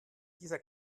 dieser